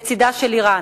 לצדה של אירן.